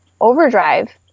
overdrive